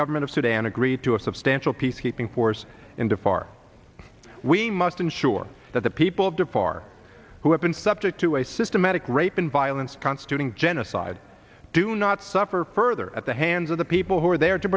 government of sudan agreed to a substantial peacekeeping force in the far we must ensure that the people of to far who have been subject to a systematic rape and violence constituting genocide do not suffer further at the and so the people who are there to